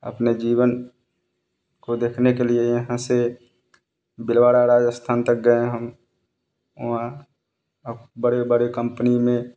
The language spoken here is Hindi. अपने जीवन को देखने के लिए यहाँ से भिलवाड़ा राजस्थान गएँ हम ओर वहाँ और बड़े बड़े कम्पनी में